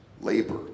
labor